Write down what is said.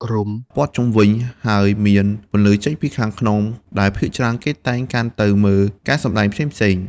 មុនពេលមានអគ្គិសនី ប្រភពពន្លឺតែមួយគត់សម្រាប់ស្រមោលអាយ៉ង គឺចង្កៀងប្រេងដូងដែលបានបង្ហាញពីពន្លឺដ៏ស្រទន់និងបង្កើតបរិកាសស្និតស្នាលទៅនឹងការសម្តែងបែបបុរាណជាមួយពន្លឺបែបធម្មជាតិ។